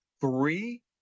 three